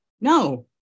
No